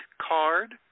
card